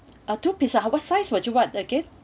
uh two piece what size would you want again